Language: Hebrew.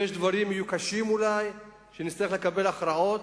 ויש דברים, שיהיו קשים אולי, שנצטרך לקבל הכרעות,